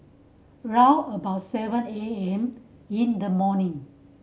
round about seven A M in the morning